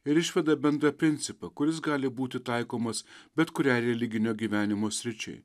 ir išveda bendrą principą kuris gali būti taikomas bet kuriai religinio gyvenimo sričiai